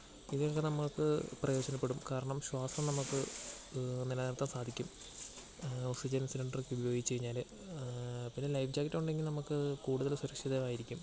ഇത് രണ്ടും നമ്മക്ക് പ്രയോജനപ്പെടും കാരണം ശ്വാസം നമ്മൾക്ക് നിലനിർത്താൻ സാധിക്കും ഓക്സിജൻ സിലൻഡറൊക്കെ ഉപയോഗിച്ചു കഴിഞ്ഞാൽ പിന്നെ ലൈഫ് ജാക്കറ്റ് ഉണ്ടെങ്കിൽ നമ്മൾക്ക് കൂടുതൽ സുരക്ഷിതമായിരിക്കും